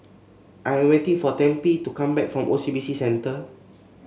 I am waiting for Tempie to come back from O C B C Centre